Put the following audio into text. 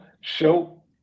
show